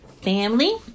family